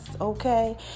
Okay